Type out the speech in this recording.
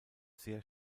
sehr